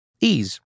Ease